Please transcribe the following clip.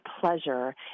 pleasure